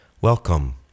Welcome